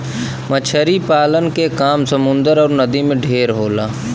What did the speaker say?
मछरी पालन के काम समुन्दर अउर नदी में ढेर होला